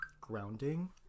grounding